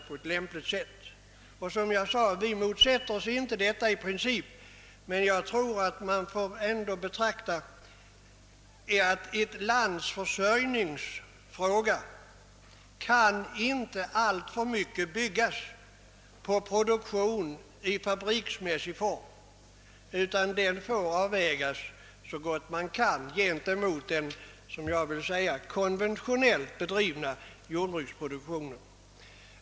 Vi motsätter oss som sagt inte i princip denna, men jag tror att man ändå måste tänka på att ett lands försörjning inte alltför mycket kan grundas på produktion i fabriksmässig form, utan det måste bli en avvägning mellan den och vad jag skulle vilja kalla konventionellt bedriven jordbruksproduktion.